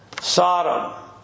Sodom